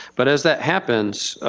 but as that happens,